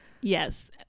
Yes